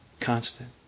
constant